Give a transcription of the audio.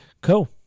Cool